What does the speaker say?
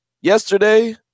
yesterday